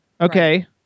okay